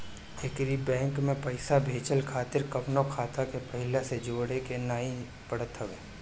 एकही बैंक में पईसा भेजला खातिर कवनो खाता के पहिले से जोड़े के नाइ पड़त हअ